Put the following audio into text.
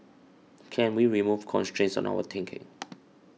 can we remove constraints on our thinking